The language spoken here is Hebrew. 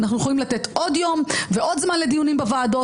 אנחנו יכולים לתת עוד יום ועוד זמן לדיונים בוועדות.